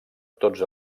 tots